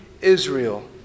Israel